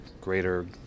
greater